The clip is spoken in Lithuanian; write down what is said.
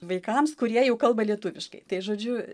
vaikams kurie jau kalba lietuviškai tai žodžiu